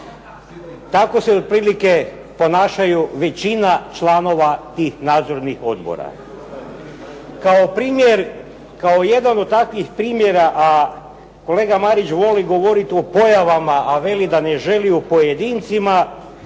Tako se otprilike ponašaju većina članova tih nadzornih odbora. Kao jedan od takvih primjera a kolega Marić voli govoriti o pojavama a kaže da ne želi o pojedincima